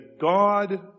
God